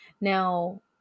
Now